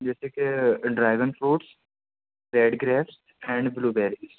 جیسے کہ dragon fruits red grapes and blue بیری